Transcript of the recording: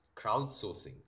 crowdsourcing